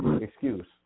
excuse